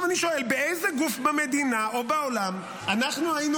עכשיו אני שואל: באיזה גוף במדינה או בעולם אנחנו היינו